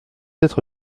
être